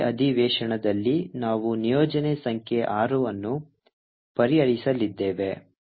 ಈ ಅಧಿವೇಶನದಲ್ಲಿ ನಾವು ನಿಯೋಜನೆ ಸಂಖ್ಯೆ ಆರು ಅನ್ನು ಪರಿಹರಿಸಲಿದ್ದೇವೆ